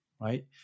right